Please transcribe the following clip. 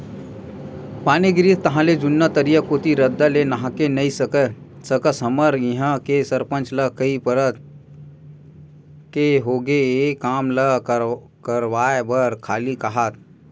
पानी गिरिस ताहले जुन्ना तरिया कोती रद्दा ले नाहके नइ सकस हमर इहां के सरपंच ल कई परत के होगे ए काम ल करवाय बर खाली काहत